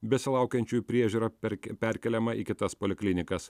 besilaukiančiųjų priežiūra per perkeliama į kitas poliklinikas